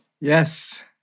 Yes